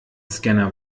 scanner